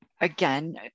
again